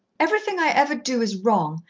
everything i ever do is wrong,